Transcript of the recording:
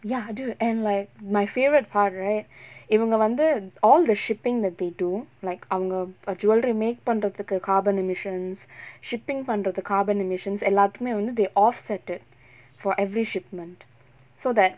ya dude and like my favourite part right இவங்க வந்து:ivanga vanthu all the shipping that they do like அவங்க:avanga jewellery made பண்றதுக்கு:pandrathukku carbon emissions shipping பண்றதுக்கு:pandrathukku carbon emissions and எல்லாத்துக்குமே வந்து:ellaathukkumae vanthu they offset it for every shipment so that